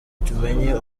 tumenye